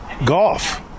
Golf